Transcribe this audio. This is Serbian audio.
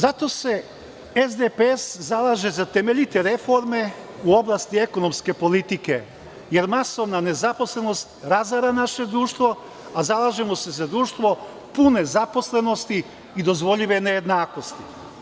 Zato se SDPS zalaže za temeljite reforme u oblasti ekonomske politike, jer masovna nezaposlenost razara naše društvo, a zalažemo se za društvo pune zaposlenosti i dozvoljive nejednakosti.